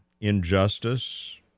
injustice